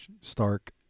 Stark